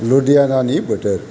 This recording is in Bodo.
लुधियानानि बोथोर